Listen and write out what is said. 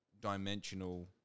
dimensional